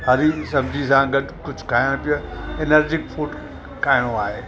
हरी सब्जी सां गॾु कुझु खाइणु पीअणु एनर्जिक फूड खाइणो आहे